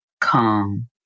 Calm